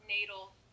natal